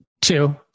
Two